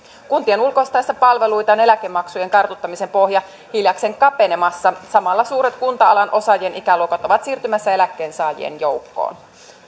kuntien ulkoistaessa palveluita on eläkemaksujen kartuttamisen pohja hiljakseen kapenemassa samalla suuret kunta alan osaajien ikäluokat ovat siirtymässä eläkkeensaajien joukkoon